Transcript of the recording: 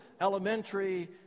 elementary